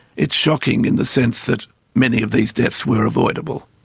it's shocking in the sense that many of these deaths were avoidable.